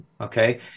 okay